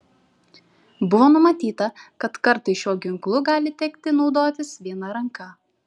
buvo numatyta kad kartais šiuo ginklu gali tekti naudotis viena ranka